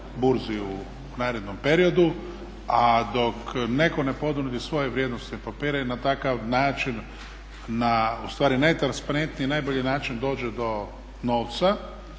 burzi u narednom periodu, a dok netko ne ponudi svoje vrijednosne papire i na takav način na ustvari najtransparentniji i najbolji način dođe do novca,